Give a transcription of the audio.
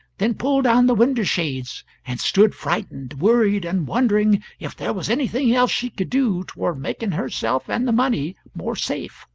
then pulled down the window-shades and stood frightened, worried, and wondering if there was anything else she could do toward making herself and the money more safe